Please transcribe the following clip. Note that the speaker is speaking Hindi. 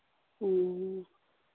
हाँ